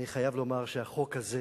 אני חייב לומר שהחוק הזה